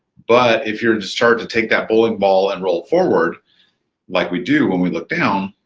but if you start to take that bowling ball and roll it forward like we do when we look down,